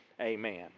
Amen